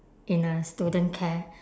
in a student care